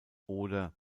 oder